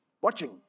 watching